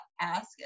ask